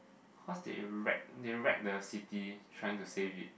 cause they rag they rag the city trying to save it